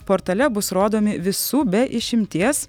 portale bus rodomi visų be išimties